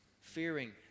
fearing